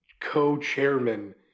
co-chairman